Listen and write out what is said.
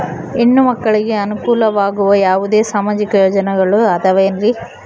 ಹೆಣ್ಣು ಮಕ್ಕಳಿಗೆ ಅನುಕೂಲವಾಗುವ ಯಾವುದೇ ಸಾಮಾಜಿಕ ಯೋಜನೆಗಳು ಅದವೇನ್ರಿ?